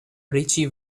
ritchie